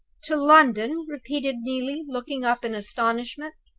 to london? repeated neelie, looking up in astonishment.